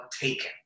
taken